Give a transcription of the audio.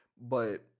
But-